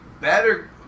better